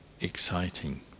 exciting